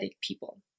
people